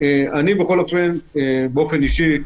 באופן אישי,